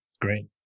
Great